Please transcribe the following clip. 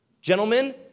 Gentlemen